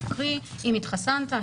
קרי אם התחסנת,